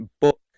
book